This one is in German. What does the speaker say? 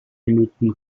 minuten